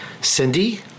Cindy